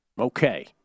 Okay